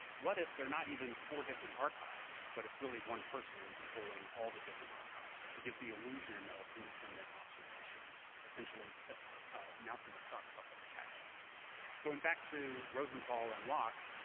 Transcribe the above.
what if they're not even for different archives, but it's really one person controlling all the different archives to give the illusion of independent observations, essentially mounting a sock puppet attack? going back to rosenthal and lockss,